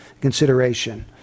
consideration